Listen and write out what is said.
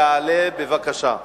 יעלה בבקשה.